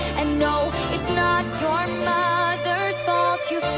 and no, it's not your mother's fault you